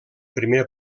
primer